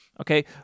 okay